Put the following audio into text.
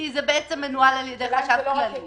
כי זה מנוהל על ידי חשב כללי.